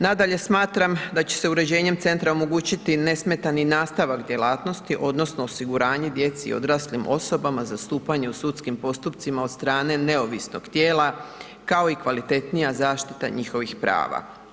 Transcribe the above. Nadalje, smatram da će se uređenjem centra omogućiti nesmetani nastavak djelatnosti odnosno osiguranje djeci i odraslim osobama zastupanje u sudskim postupcima od strane neovisnog tijela kao i kvalitetnija zaštita njihovih prava.